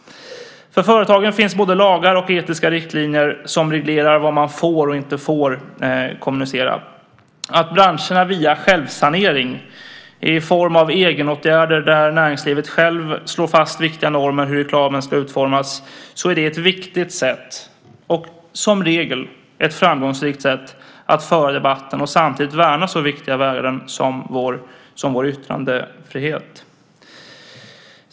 För företagen finns både lagar och etiska riktlinjer som reglerar vad man får och inte får kommunicera. Branscherna arbetar med självsanering i form av egenåtgärder, där näringslivet självt slår fast viktiga normer för hur reklamen ska utformas. Det är ett viktigt sätt och som regel ett framgångsrikt sätt att föra debatten och samtidigt värna så viktiga värden som vår yttrandefrihet.